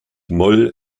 moll